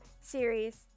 series